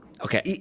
okay